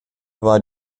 war